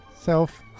Self